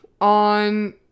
on